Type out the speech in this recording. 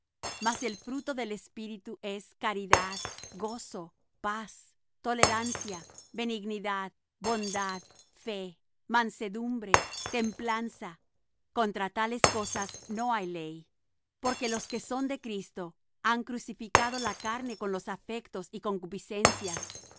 mas el fruto del espíritu es caridad gozo paz tolerancia benignidad bondad fe mansedumbre templanza contra tales cosas no hay ley porque los que son de cristo han crucificado la carne con los afectos y concupiscencias si